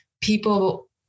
people